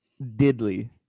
diddly